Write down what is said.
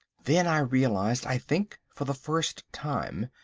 then i realised, i think for the first time,